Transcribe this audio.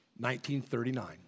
1939